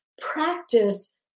practice